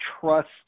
trust